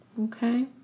Okay